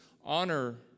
honor